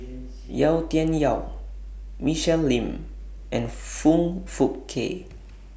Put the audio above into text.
Yau Tian Yau Michelle Lim and Foong Fook Kay